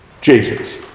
Jesus